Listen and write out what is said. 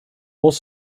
was